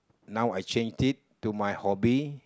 now I changed it to my hobby